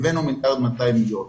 הבאנו 1.2 מיליארד.